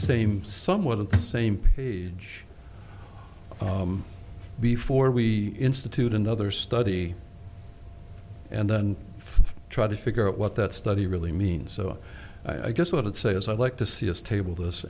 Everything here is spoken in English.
same somewhat in the same page before we institute another study and then try to figure out what that study really means so i guess what i'd say is i'd like to see us table this